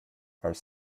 are